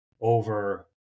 over